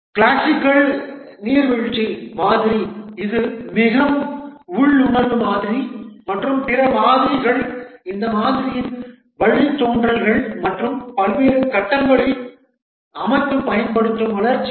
classical நீர்வீழ்ச்சி மாதிரி இது மிகவும் உள்ளுணர்வு மாதிரி மற்றும் பிற மாதிரிகள் இந்த மாதிரியின் வழித்தோன்றல்கள் மற்றும் பல்வேறு கட்டங்களில் அமைப்பு பயன்படுத்தும் வளர்ச்சி முறை